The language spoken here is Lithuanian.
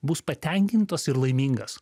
bus patenkintas ir laimingas